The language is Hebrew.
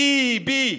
בי-בי".